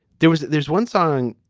there was there's one song.